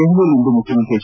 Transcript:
ದೆಹಲಿಯಲ್ಲಿಂದು ಮುಖ್ಯಮಂತ್ರಿ ಎಚ್